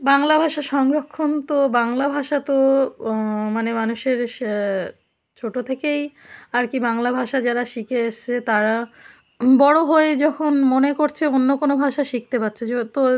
বাংলা ভাষা সংরক্ষণ তো বাংলা ভাষা তো মানে মানুষের ছোটো থেকেই আর কি বাংলা ভাষা যারা শিখে এসেছে তারা বড় হয়ে যখন মনে করছে অন্য কোনো ভাষা শিখতে পারছে যেহেতু